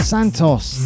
Santos